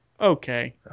Okay